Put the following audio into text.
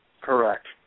Correct